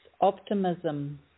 optimism